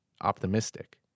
optimistic